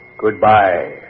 goodbye